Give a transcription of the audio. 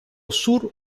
sur